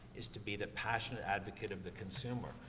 is to be the passionate advocate of the consumer,